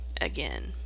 again